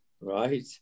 right